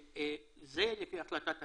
זה לפי החלטת הממשלה.